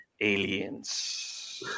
aliens